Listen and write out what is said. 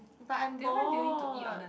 but I'm bored